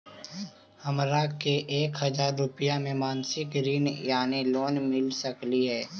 हमरा के एक हजार रुपया के मासिक ऋण यानी लोन मिल सकली हे?